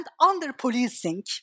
under-policing